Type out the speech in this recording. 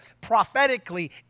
prophetically